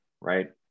right